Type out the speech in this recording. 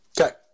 Okay